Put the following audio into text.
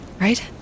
Right